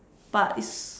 but it's